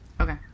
Okay